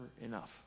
enough